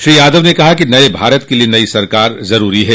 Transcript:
श्री यादव ने कहा कि नये भारत के लिये नई सरकार जरूरी है